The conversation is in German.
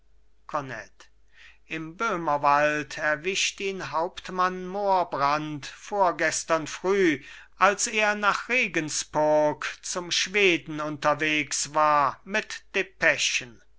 kornett im böhmerwald erwischt ihn hauptmann mohrbrand vorgestern früh als er nach regenspurg zum schweden unterwegs war mit depeschen